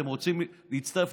אתם רוצים להצטרף?